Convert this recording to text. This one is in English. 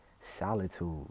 solitude